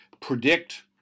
predict